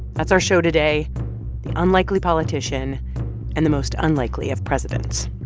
that's our show today the unlikely politician and the most unlikely of presidents,